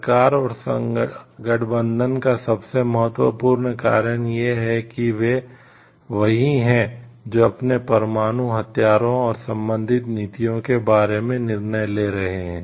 सरकार और गठबंधन का सबसे महत्वपूर्ण कारण यह है कि वे वही हैं जो अपने परमाणु हथियारों और संबंधित नीतियों के बारे में निर्णय ले रहे हैं